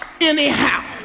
anyhow